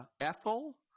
Ethel